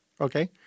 Okay